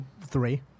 three